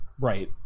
Right